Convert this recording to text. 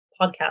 podcast